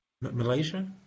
Malaysia